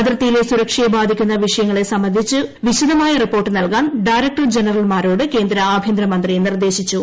അതിർത്തിയിലെ സുരക്ഷയെ ബാധിക്കുന്ന വിഷയങ്ങളെ സംബന്ധിച്ച് വിശദമായ റിപ്പോർട്ട് നൽകാൻ ഡയറക്ടർ ജനറൽമാരോട് കേന്ദ്ര ആഭ്യന്തരമന്ത്രി നിർദ്ദേശിച്ചു